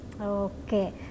Okay